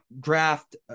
draft